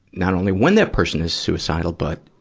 not only when that person is suicidal but